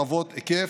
רחבות היקף,